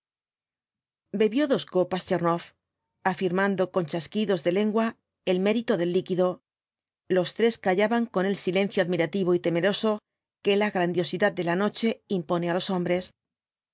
bebió dos copas tchernoff afirmando con chasquidos de lengua el mérito del líquido los tres callaban v blasco ibáñbz con el silencio admirativo y temeroso que la grandiosidad de la noche impone á los hombres